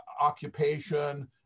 occupation